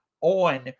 on